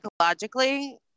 psychologically